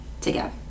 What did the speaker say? together